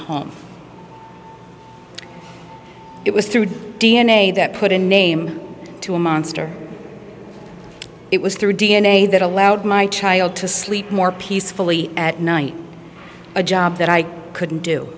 home it was through d n a that put a name to a monster it was through d n a that allowed my child to sleep more peacefully at night a job that i couldn't do